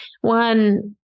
One